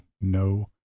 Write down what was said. No